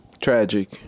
Tragic